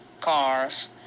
cars